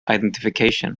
identification